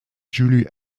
julie